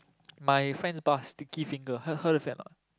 my friend's bath sticky finger her her fan a not